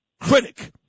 Critic